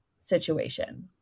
situation